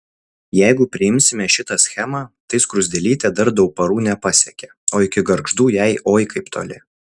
jeigu priimsime šitą schemą tai skruzdėlytė dar dauparų nepasiekė o iki gargždų jai oi kaip toli